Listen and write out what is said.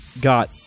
got